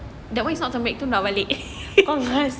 that not term break tu nak balik